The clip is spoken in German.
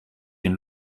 den